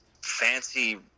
fancy